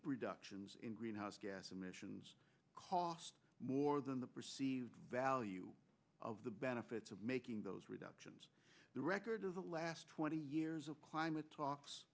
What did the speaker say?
reductions in greenhouse gas emissions cost more than the perceived value of the benefits of making those reductions the record of the last twenty years of climate talks